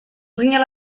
ginela